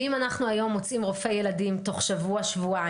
אם היום אנחנו מוצאים רופא ילדים תוך שבוע-שבועיים,